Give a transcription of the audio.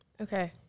Okay